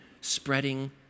spreading